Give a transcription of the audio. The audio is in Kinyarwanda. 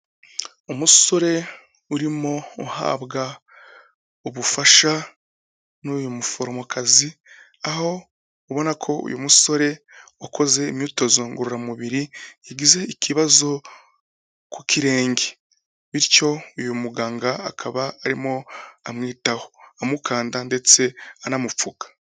Umusore urimo uhabwa ubufasha n'uyu muforomokazi, aho ubona ko uyu musore wakoze imyitozo ngororamubiri yagize ikibazo ku kirenge, bityo uyu muganga akaba arimo amwitaho, amukanda ndetse anamupfuka.